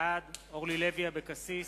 בעד אורלי לוי אבקסיס,